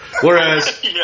Whereas